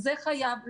זה חייב לקרות.